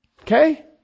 Okay